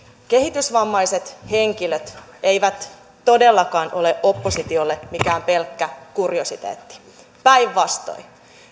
kehitysvammaiset henkilöt eivät todellakaan ole oppositiolle mikään pelkkä kuriositeetti päinvastoin